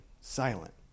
silent